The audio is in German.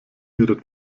ihre